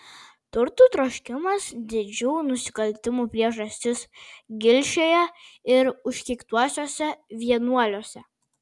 turtų troškimas didžių nusikaltimų priežastis gilšėje ir užkeiktuosiuose vienuoliuose